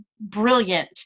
brilliant